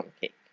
cake